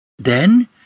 Then